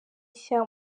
nshya